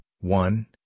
One